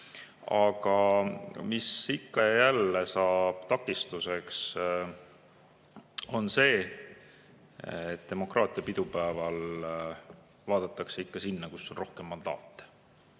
Aga mis ikka ja jälle saab takistuseks, on see, et demokraatia pidupäeval vaadatakse ikka sinna, kus on rohkem mandaate.